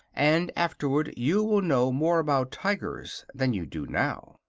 and afterward you will know more about tigers than you do now.